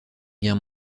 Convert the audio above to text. guerre